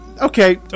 okay